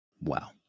Wow